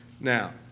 Now